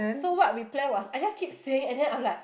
so what we plan was I just keep saying and then I'm like